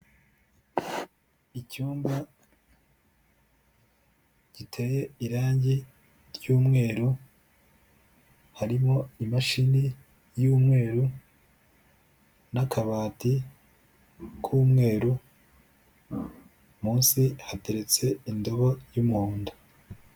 Icyumba giteye irangi ry'umweru, harimo imashini y'umweru n'akabati k'umweru, munsi hateretse indobo y'umuhondo.